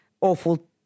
awful